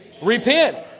Repent